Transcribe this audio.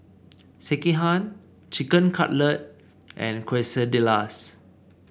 Sekihan Chicken Cutlet and Quesadillas